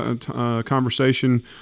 conversation